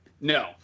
No